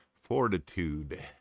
fortitude